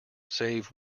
save